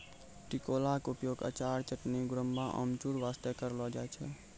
टिकोला के उपयोग अचार, चटनी, गुड़म्बा, अमचूर बास्तॅ करलो जाय छै